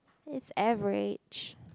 it's average